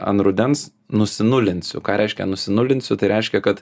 an rudens nusinulinsiu ką reiškia nusinulinsiu tai reiškia kad